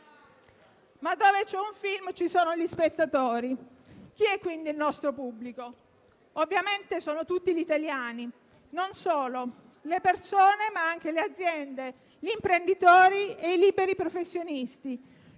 Dove c'è un *film*, ci sono gli spettatori. Chi è il nostro pubblico? Ovviamente sono tutti gli italiani (non solo le persone, ma anche le aziende, gli imprenditori e i liberi professionisti),